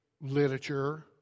literature